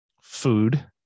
food